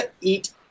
Eat